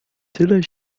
tyle